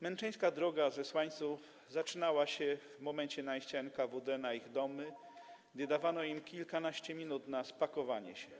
Męczeńska droga zesłańców zaczynała się w momencie najścia NKWD na ich domy, gdy dawano im kilkanaście minut na spakowanie się.